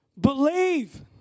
Believe